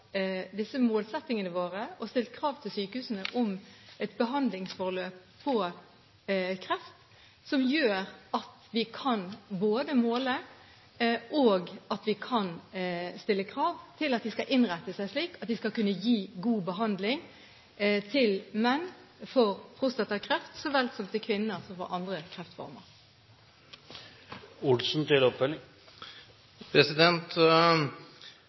disse målsettingene våre og har stilt krav til sykehusene om et behandlingsforløp ved kreft som vi kan måle, og om at de skal innrette seg slik at de skal kunne gi god behandling til menn med prostatakreft så vel som til kvinner som får andre